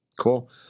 Cool